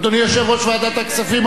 אדוני יושב-ראש ועדת הכספים,